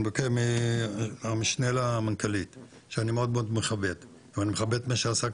אני מבקש מהמשנה למנכ"לית שאני מאוד מאוד מכבד ואני מכבד את מי שעסק,